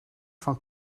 van